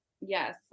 Yes